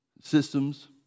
systems